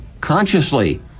consciously